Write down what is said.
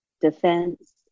defense